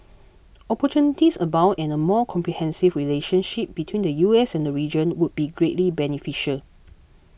opportunities abound and a more comprehensive relationship between the U S and region would be greatly beneficial